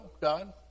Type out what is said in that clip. God